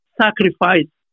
sacrifice